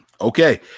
Okay